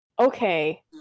okay